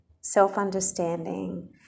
self-understanding